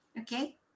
Okay